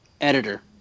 editor